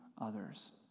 others